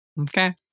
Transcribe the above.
okay